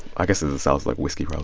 i guess it's the south like, whiskey,